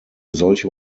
solche